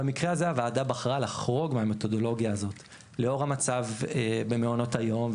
במקרה הזה הוועדה בחרה לחרוג מהמתודולוגיה הזאת לאור המצב במעונות היום,